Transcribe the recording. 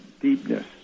deepness